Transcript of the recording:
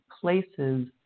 places